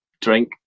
drink